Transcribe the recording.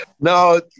No